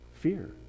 Fear